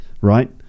right